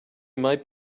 might